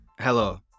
Hello